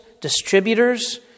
distributors